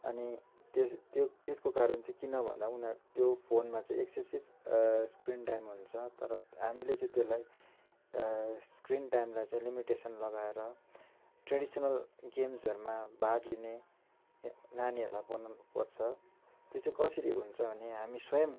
अनि त्यस् त्यो त्यसको कारण चाहिँ किन भन्दा उनीहरू त्यो फोनमा चाहिँ एक्सेसिभ स्क्रिन टाइम हुन्छ तर हामीले चाहिँ त्यसलाई स्क्रिन टाइमलाई चाहिँ लिमिटेसन लगाएर ट्रेडिसनल गेम्सहरूमा भाग लिने नानीहरूलाई बनाउनुपर्छ त्यो चाहिँ कसरी हुन्छ भने हामी स्वयं